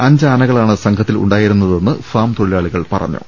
അഞ്ച് ആനകളാണ് സംഘത്തിലുണ്ടായിരുന്നതെന്ന് ഫാം തൊഴിലാളികൾ പറഞ്ഞു